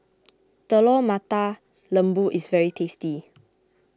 Telur Mata Lembu is very tasty